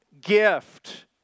gift